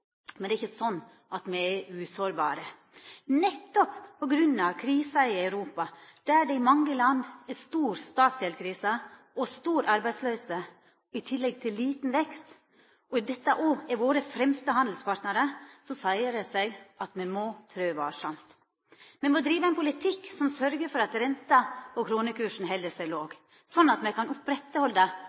men det er ikkje slik at me er usårbare. Nettopp på grunn av krisa i Europa, der det i mange land er ei stor statsgjeldkrise og stor arbeidsløyse i tillegg til liten vekst – dette er våre fremste handelspartnarar – så seier det seg sjølv at me må trø varsamt. Me må driva ein politikk som sørgjer for at renta og kronekursen held seg låg, slik at me kan